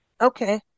Okay